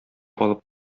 алып